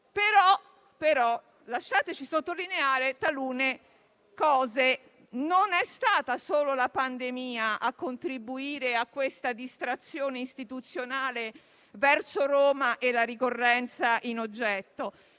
però, sottolineare talune cose. Non è stata solo la pandemia a contribuire a questa distrazione istituzionale verso Roma e la ricorrenza in oggetto.